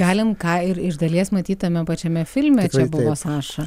galim ką ir iš dalies matyt tame pačiame filme čia buvo saša